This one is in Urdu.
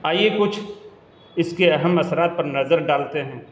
آئیے کچھ اس کے اہم اثرات پر نظر ڈالتے ہیں